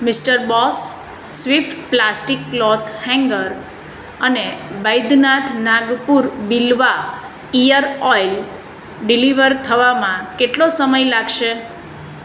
mister Boss swift plastic cloth hanger અને Baidyanath Nagpur Bilwa ear oil deliver થવામાં કેટલો સમય લાગશે